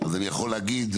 אז אני יכול להגיד,